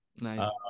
Nice